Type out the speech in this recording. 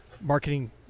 marketing